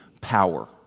power